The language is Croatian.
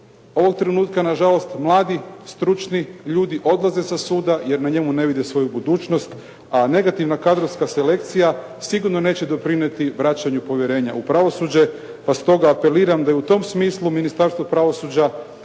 Ovog trenutka na žalost mladi, stručni ljudi odlaze sa suda jer na njemu ne vide svoju budućnost, a negativna kadrovska selekcija sigurno neće doprinijeti vraćanju povjerenja u pravosuđe, pa stoga apeliram da i u tom smislu Ministarstvo pravosuđa